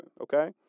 okay